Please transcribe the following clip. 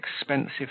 expensive